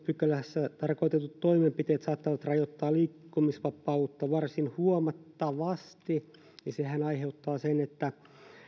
pykälässä tarkoitetut toimenpiteet saattavat rajoittaa liikkumisvapautta varsin huomattavasti niin sehän aiheuttaa sen että